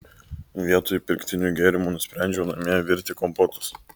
vietoj pirktinių gėrimų nusprendžiau namie virti kompotus